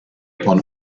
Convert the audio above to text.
upon